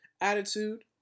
attitude